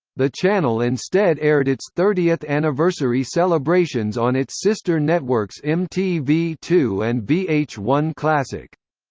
the channel instead aired its thirtieth anniversary celebrations on its sister networks m t v two and v h one classic.